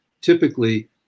typically